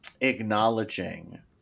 acknowledging